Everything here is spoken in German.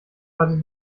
hatte